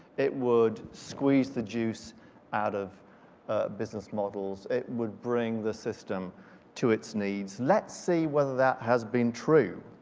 it would squeeze the juice out of business models, it would bring the system to its knees. let's see whether that has been true.